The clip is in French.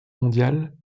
mondiale